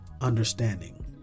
understanding